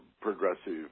progressive